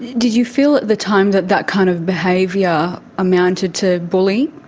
did you feel at the time that that kind of behaviour amounted to bullying?